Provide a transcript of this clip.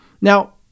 now